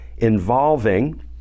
involving